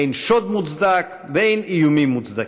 אין שוד מוצדק ואין איומים מוצדקים.